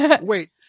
Wait